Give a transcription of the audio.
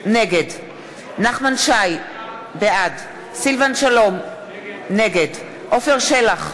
נגד נחמן שי, בעד סילבן שלום, נגד עפר שלח,